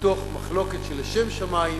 מתוך מחלוקת שהיא לשם שמים.